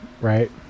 right